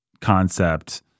concept